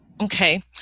Okay